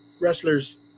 wrestlers